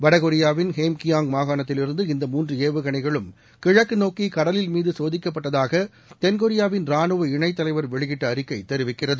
வடகொரியாவின் ஹேம்கியாங் மாகாணத்தில் இருந்த இந்த மூன்று ஏவுகணைகளும் கிழக்கு நோக்கி கடலில் மீது சோதிக்கப்பட்டதாக தென்கொரியாவின் ரானுவ இணத்தலைவா வெளியிட்ட அறிக்கை தெரிவிக்கிறது